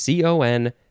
con